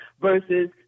versus